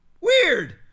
Weird